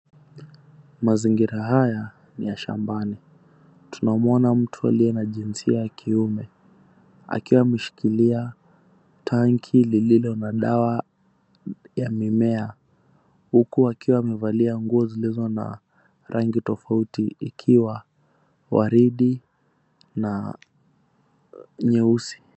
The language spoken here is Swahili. Mazingira haya ni ya shambani. Tunamuona mtu aliye na jinsia ya kiume akiwa ameshikilia tanki lililo na dawa ya mimea, huku akiwa amevalia nguo zilizo na rangi tofauti ikiwa waridi na nyeusi.